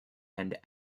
and